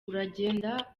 uragenda